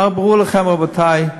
אמרו לכם, רבותי,